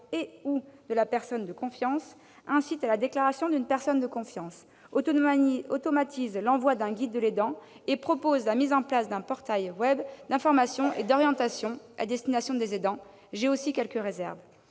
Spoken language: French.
et/ou de la personne de confiance. Son dispositif incite à la déclaration d'une personne de confiance, automatise l'envoi d'un guide de l'aidant et préconise la mise en place d'un portail d'information et d'orientation à destination des aidants. J'ai aussi quelques réserves